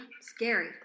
scary